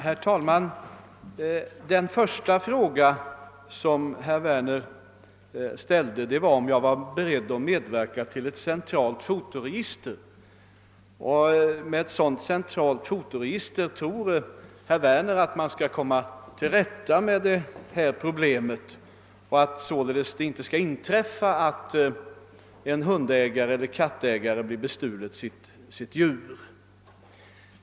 Herr talman! Herr Werners första fråga gällde om jag var beredd att medverka till inrättandet av ett centralt fotoregister. Herr Werner tror att man med ett sådant register skall kunna komma till rätta med alla problem och att det sedan inte behöver inträffa att en hundeller kattägare blir frånstulen sitt djur.